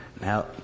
Now